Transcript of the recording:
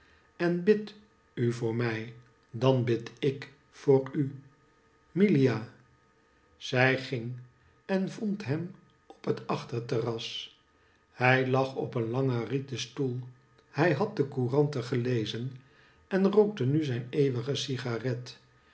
en bid u voor mij dan bid ik voor u milia zij ging en vond hem op het achterterras hij lag op een langen rieten stoel hij had de couranten gelezen en rookte nu zijn eeuwige cigarette